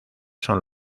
son